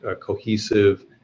cohesive